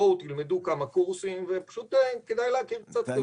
בואו תלמדו כמה קורסים ופשוט כדאי להכיר קצת כלכלה,